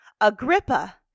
Agrippa